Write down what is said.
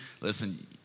listen